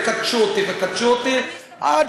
וכתשו אותי וכתשו אותי, עד